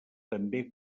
també